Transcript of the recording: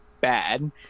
bad